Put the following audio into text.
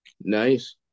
nice